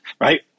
right